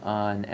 on